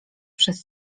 przez